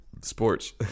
sports